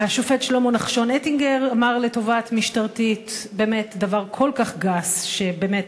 השופט שלמה נחשון אטינגר אמר לתובעת משטרתית דבר כל כך גס שבאמת,